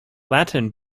latin